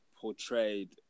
portrayed